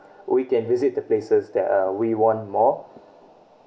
we can visit the places that (uh we want more